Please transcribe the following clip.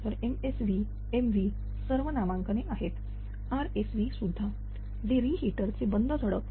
तर MSV MVसर्व नामांकने आहेत RSV सुद्धा जे रि हिटर चे बंद झडप